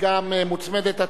גם מוצמדת,